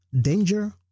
danger